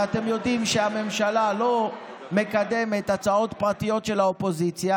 ואתם יודעים שהממשלה לא מקדמת הצעות פרטיות של האופוזיציה,